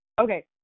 Okay